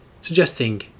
suggesting